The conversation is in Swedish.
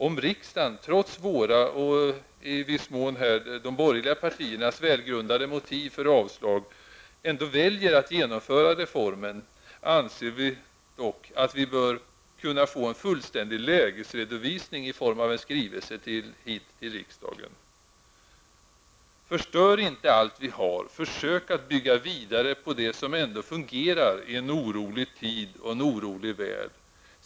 Om riksdagen, trots att våra och i viss mån de borgerliga partiernas motiv för avslag är välgrundade, ändå väljer att genomföra reformen anser vi att vi bör kunna få en fullständig lägesredovisning i form av en skrivelse till riksdagen. Förstör inte allt vi har! Försök att bygga vidare på det som ändå fungerar i en orolig tid och en orolig värld!